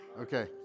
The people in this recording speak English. Okay